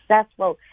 successful